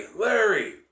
Larry